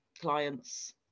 clients